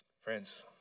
Friends